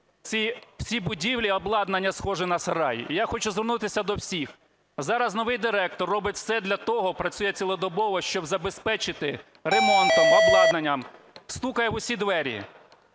цій будівлі обладнання схоже на сарай. І я хочу звернутися до всіх: зараз новий директор робить все для того, працює цілодобово, щоб забезпечити ремонтом, обладнанням, стукає в усі двері.